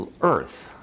earth